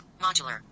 Modular